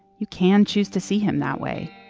you can choose to see him that way